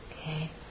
Okay